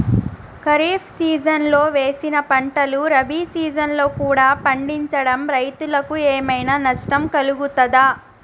ఖరీఫ్ సీజన్లో వేసిన పంటలు రబీ సీజన్లో కూడా పండించడం రైతులకు ఏమైనా నష్టం కలుగుతదా?